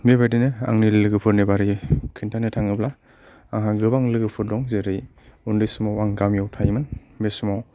बेबायदिनो आंनि लोगोफोरनि बागै खिन्थानो थाङोब्ला आंहा गोबां लोगोफोर दं जेरै उन्दै समाव आं गामिआव थायोमोन बे समाव